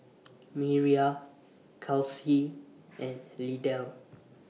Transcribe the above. Miriah Charlsie and Lydell